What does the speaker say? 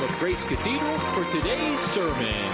grace cathedral for today's sermon!